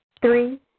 three